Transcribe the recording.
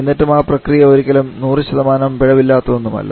എന്നിട്ടും ആ പ്രക്രിയ ഒരിക്കലും 100 പിഴവില്ലാത്തതൊന്നുമല്ല